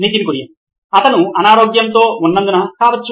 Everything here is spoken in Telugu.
నితిన్ కురియన్ COO నోయిన్ ఎలక్ట్రానిక్స్ అతను అనారోగ్యంతో ఉన్నందున కావచ్చు